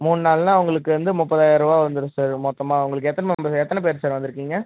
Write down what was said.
மூண் நாள்னால் உங்களுக்கு வந்து முப்பதாயிரபா வந்துடும் சார் மொத்தமாக உங்களுக்கு எத்தனை மெம்பர் எத்தனை பேர் சார் வந்திருக்கீங்க